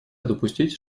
допустить